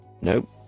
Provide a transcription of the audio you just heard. Nope